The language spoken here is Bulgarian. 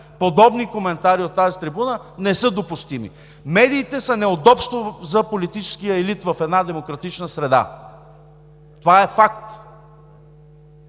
подобни коментари от тази трибуна не са допустими. Медиите са неудобство за политическия елит в една демократична среда – това е факт,